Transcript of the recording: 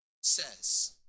says